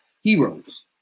heroes